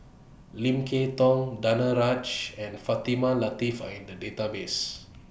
Lim Kay Tong Danaraj and Fatimah Lateef Are in The Database